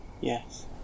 Yes